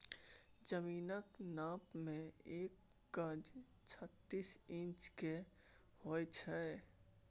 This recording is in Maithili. जमीनक नाप मे एक गज छत्तीस इंच केर होइ छै